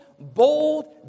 bold